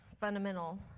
fundamental